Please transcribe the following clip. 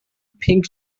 pink